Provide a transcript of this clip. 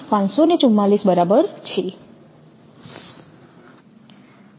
544 બરાબર છે